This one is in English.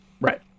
Right